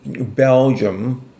Belgium